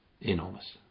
enormous